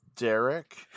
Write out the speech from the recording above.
Derek